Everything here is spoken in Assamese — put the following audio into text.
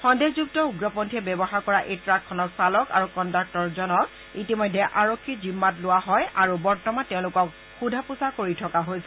সন্দেহযুক্ত উগ্ৰপন্থীয়ে ব্যৱহাৰ কৰা এই ট্টাকখনৰ চালক আৰু কণ্ডাক্টৰজনক ইতিমধ্যে আৰক্ষীৰ জিম্মাত লোৱা হয় আৰু বৰ্তমান তেওঁলোকক সোধা পোছা কৰি থকা হৈছে